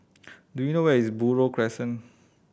do you know where is Buroh Crescent